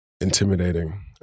intimidating